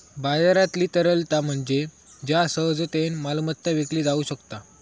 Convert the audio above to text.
बाजारातील तरलता म्हणजे ज्या सहजतेन मालमत्ता विकली जाउ शकता